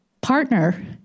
partner